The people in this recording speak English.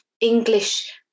English